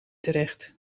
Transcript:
terecht